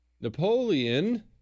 Napoleon